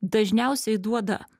dažniausiai duoda